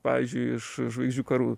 pavyzdžiui iš žvaigždžių karų